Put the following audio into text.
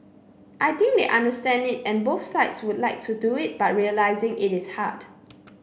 I think they understand it and both sides would like to do it but realising it is hard